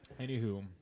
Anywho